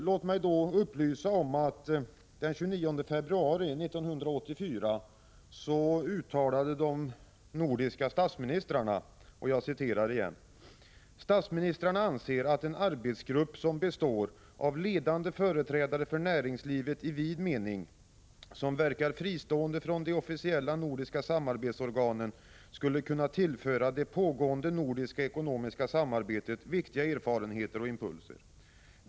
Låt mig då upplysa om att de nordiska statsministrarna den 29 februari 1984 uttalade: ”Statsministrarna anser att en arbetsgrupp som består av ledande företrädare för näringslivet i vid mening, som verkar fristående från de officiella nordiska samarbetsorganen, skulle kunna tillföra det pågående nordiska ekonomiska samarbetet viktiga erfarenheter och impulser.